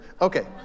Okay